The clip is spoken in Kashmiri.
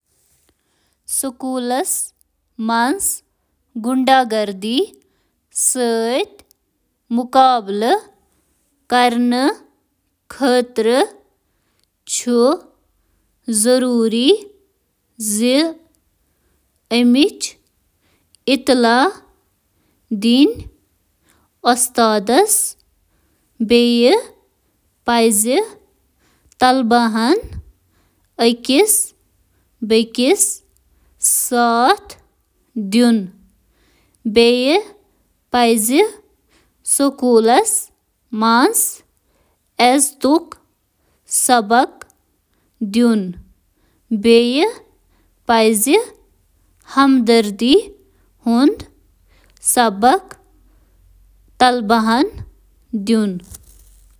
سکوٗلٕچ پالیسیہٕ قٲیِم تہٕ نافذ کرٕنۍ یِم اَتھ کَتھِ ہُنٛد خاکہ پیش کران زِ طالبہِ علِمن سۭتۍ کِتھ کٔنۍ چھِ اکھ أکِس سۭتۍ سلوک کرنٕچ وۄمید کرنہٕ یِوان، تہٕ یمن پالیسین ہٕنٛز خلاف ورزِین ہٕنٛد